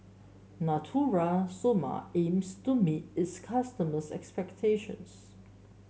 Natura Stoma aims to meet its customers' expectations